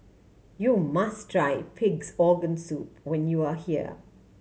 you must try Pig's Organ Soup when you are here